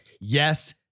Yes